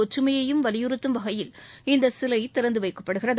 ஒற்றுமையையும் வலியுறுத்தும் வகையில் இந்தசிலைதிறந்துவைக்கப்படுகிறது